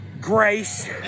Grace